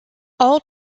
all